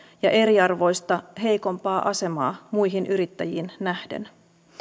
ja eriarvoista heikompaa asemaa muihin yrittäjiin nähden